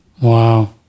Wow